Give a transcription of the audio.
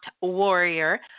warrior